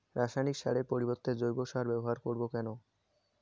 রাসায়নিক সারের পরিবর্তে জৈব সারের ব্যবহার করব কেন?